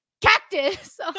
cactus